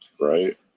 Right